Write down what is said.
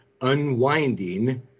unwinding